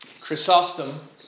Chrysostom